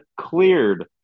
cleared